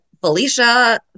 Felicia